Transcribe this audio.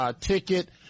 ticket